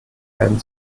werden